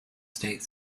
state